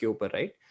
right